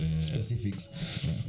specifics